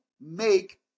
make